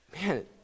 Man